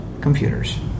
computers